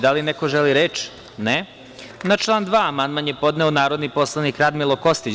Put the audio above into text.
Da li neko želi reč? (Ne) Na član 2. amandman je podneo narodni poslanik Radmilo Kostić.